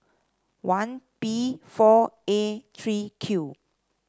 one P four A three Q